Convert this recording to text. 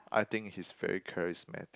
I think he's very charismatic